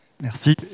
Merci